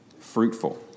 Fruitful